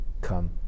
come